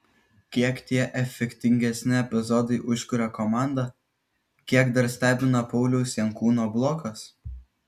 kiek tie efektingesni epizodai užkuria komandą kiek dar stebina pauliaus jankūno blokas